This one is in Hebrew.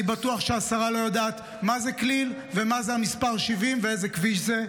אני בטוח שהשרה לא יודעת מה זה כליל ומה זה המספר 70 ואיזה כביש זה,